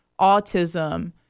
autism